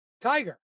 Tiger